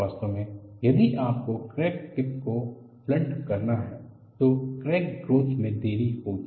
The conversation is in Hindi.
वास्तव में यदि आपको क्रैक टिप को ब्लंट करना है तो क्रैक ग्रोथ में देरी होगी